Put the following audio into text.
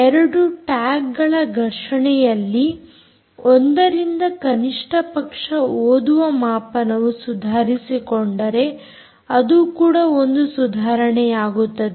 2 ಟ್ಯಾಗ್ಗಳ ಘರ್ಷಣೆಯಲ್ಲಿ ಒಂದರಿಂದ ಕನಿಷ್ಟಪಕ್ಷ ಓದುವ ಮಾಪನವು ಸುಧಾರಿಸಿಕೊಂಡರೆ ಅದು ಕೂಡ ಒಂದು ಸುಧಾರಣೆಯಾಗುತ್ತದೆ